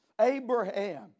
Abraham